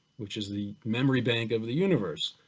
which is the memory bank of the universe.